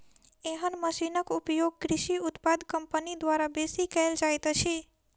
एहन मशीनक उपयोग कृषि उत्पाद कम्पनी द्वारा बेसी कयल जाइत अछि